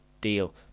deal